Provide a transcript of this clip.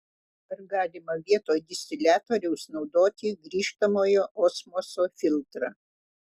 ar galima vietoj distiliatoriaus naudoti grįžtamojo osmoso filtrą